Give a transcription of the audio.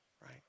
right